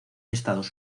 estados